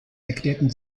erklärten